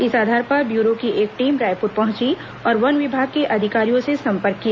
इस आधार पर ब्यूरो की एक टीम रायपुर पहुंची और वन विभाग के अधिकारियों से संपर्क किया